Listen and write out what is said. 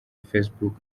facebook